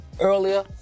Earlier